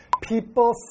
People